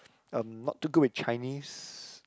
um not too good with Chinese